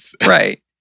Right